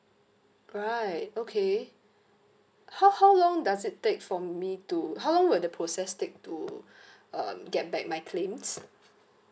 right okay how how long does it take for me to how long will the process take to um get back my claims